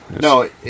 No